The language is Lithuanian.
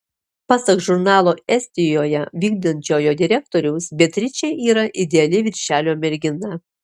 pasak žurnalo estijoje vykdančiojo direktoriaus beatričė yra ideali viršelio mergina